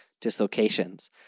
dislocations